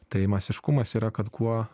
tai masiškumas yra kad kuo